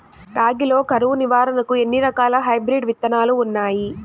రాగి లో కరువు నివారణకు ఎన్ని రకాల హైబ్రిడ్ విత్తనాలు ఉన్నాయి